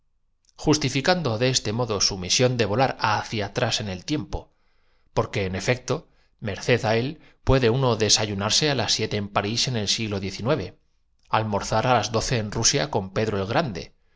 do de este modo misión de volar hacia atrás el de los concurrentes levantándose del asiento con gran su en extrañeza del público que creía que abandonaba el tiempo porque en efecto merced á él puede uno des local se encaró con el sabio y le dijo ayunarse á las siete en parís en el siglo xix almorzar á las doce en rusia pedro el grande